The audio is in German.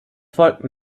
folgten